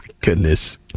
goodness